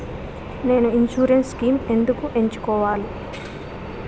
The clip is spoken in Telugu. నేను ఇన్సురెన్స్ స్కీమ్స్ ఎందుకు ఎంచుకోవాలి?